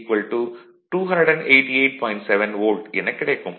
7 volt எனக் கிடைக்கும்